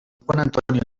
antonio